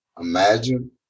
imagine